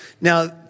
Now